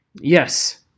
Yes